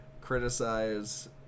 criticize